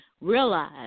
realize